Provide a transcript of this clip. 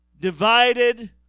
divided